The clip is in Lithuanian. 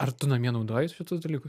ar tu namie naudoji šitus dalykus